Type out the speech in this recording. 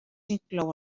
inclou